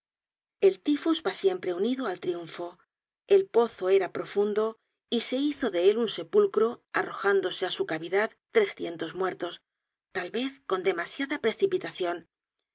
el tifus va siempre unido al triunfo el pozo era profundo y se hizo de él un sepulcro arrojándose á su cavidad trescientos muertos tal vez con demasiada precipitacion